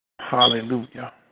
Hallelujah